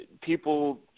people